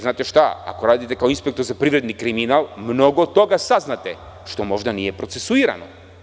Znate šta, ako radite kao inspektor za privredni kriminal mnogo toga saznate, što možda nije procesuirano.